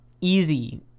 easy